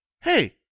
hey